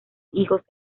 hijos